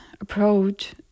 approach